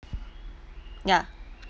ya